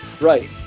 right